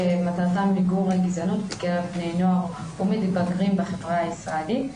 שמטרתה מיגור הגזענות בקרב בני נוער ומתבגרים בחברה הישראלית.